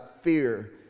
fear